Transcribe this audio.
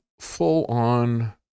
full-on